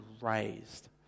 raised